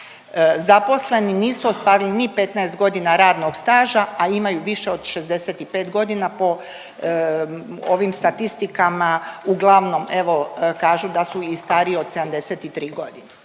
zaposleni, nisu ostvarili ni 15 godina radnog staža, a imaju više od 65 godina po ovim statistikama. Uglavnom evo kažu da su i stariji od 73 godine.